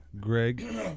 Greg